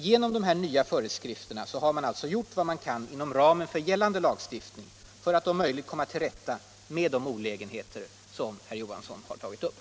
Genom de här nya föreskrifterna har man gjort vad man kan inom ramen för gällande lagstiftning för att om möjligt komma till rätta med de olägenheter som herr Johansson har tagit upp.